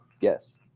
Yes